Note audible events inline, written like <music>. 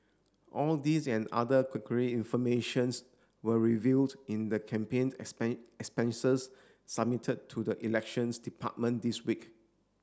all these and other <unintelligible> informations were revealed in the campaigned <unintelligible> expenses submitted to the Elections Department this week